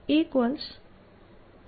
H